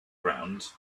ground